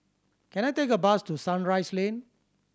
can I take a bus to Sunrise Lane